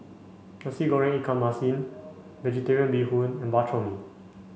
Nasi Goreng Ikan Masin vegetarian bee hoon and Bak Chor Mee